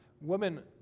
Women